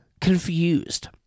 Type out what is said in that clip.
confused